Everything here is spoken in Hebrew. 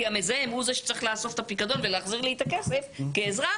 כי המזהם הוא זה שצריך לאסוף את הפיקדון ולהחזיר לי את הכסף כאזרח,